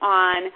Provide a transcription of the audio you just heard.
on